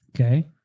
Okay